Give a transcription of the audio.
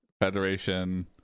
Federation